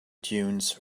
dunes